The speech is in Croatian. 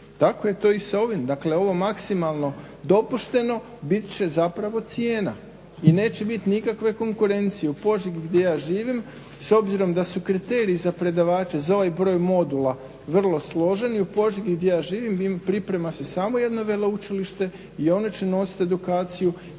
Tako je to i sa ovim. Dakle, ovo maksimalno dopušteno bit će zapravo cijena i neće biti nikakve konkurencije. U Požegi gdje ja živim s obzirom da su kriterij za predavače za ovaj broj modula vrlo složeni, u Požegi di ja živim priprema se samo jedno veleučilište i ono će nositi edukaciju